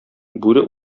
бүре